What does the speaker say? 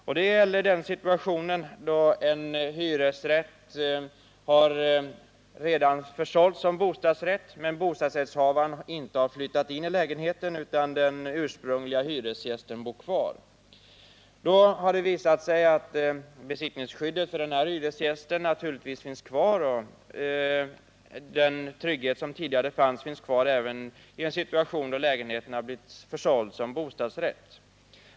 Här gäller det en sådan situation där en hyresrätt redan har försålts som bostadsrätt, men där bostadsrättsinnehavaren inte har flyttat in i lägenheten utan den ursprungliga hyresgästen bor kvar. Det har visat sig att besittningsskyddet för hyresgästen och den trygghet som tidigare fanns fortfarande finns kvar, även då lägenheten blivit försåld som bostadsrätt.